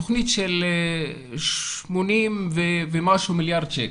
תוכנית של 80 ומשהו מיליארד שקלים.